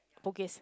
Bugis